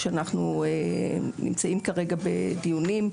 שאנחנו נמצאים כרגע בדיונים,